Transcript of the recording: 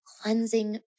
cleansing